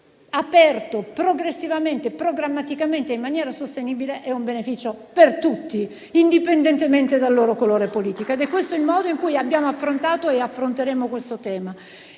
questo il modo in cui abbiamo affrontato e affronteremo questo tema.